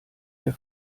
der